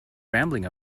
rambling